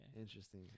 Interesting